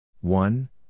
One